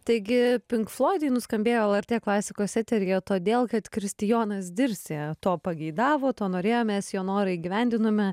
taigi pink floidai nuskambėjo lrt klasikos eteryje todėl kad kristijonas dirsė to pageidavo to norėjo mes jo norą įgyvendinome